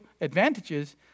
advantages